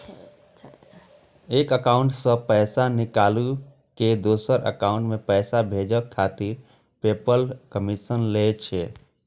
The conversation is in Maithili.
एक एकाउंट सं पैसा निकालि कें दोसर एकाउंट मे पैसा भेजै खातिर पेपल कमीशन लै छै